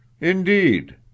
Indeed